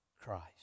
Christ